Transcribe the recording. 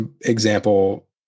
example